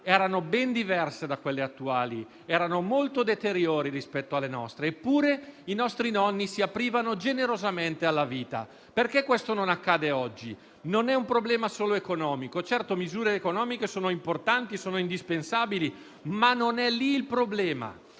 erano ben diverse da quelle attuali; erano molto deteriori rispetto alle nostre. Eppure i nostri nonni si aprivano generosamente alla vita. Perché questo non accade oggi? Non è un problema solo economico. Certo, le misure economiche sono importanti e indispensabili, ma non è lì il problema.